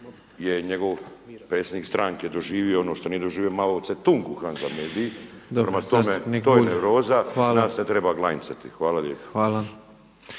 je njegov predsjednik stranke je doživio ono što nije doživio Mao Zedong u Hanza Medii prema tome to je nervoza i nas ne treba glanjcati. Hvala lijepa.